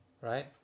Right